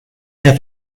have